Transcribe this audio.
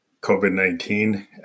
COVID-19